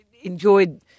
enjoyed